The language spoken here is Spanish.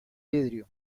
vidrio